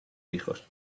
hijos